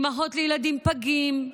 אימהות לילדים פגים,